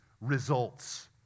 results